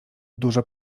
dużo